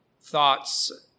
thoughts